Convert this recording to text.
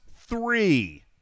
three